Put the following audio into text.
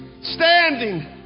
Standing